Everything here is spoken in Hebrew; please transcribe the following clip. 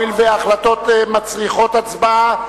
הואיל וההחלטות מצריכות הצבעה,